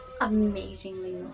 amazingly